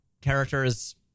characters